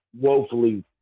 woefully